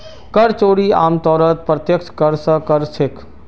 कर चोरी आमतौरत प्रत्यक्ष कर स कर छेक